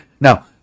Now